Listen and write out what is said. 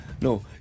no